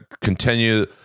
continue